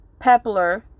Pepler